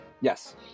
Yes